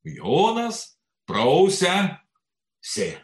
jonas prausia si